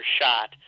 shot